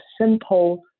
simple